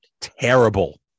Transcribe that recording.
terrible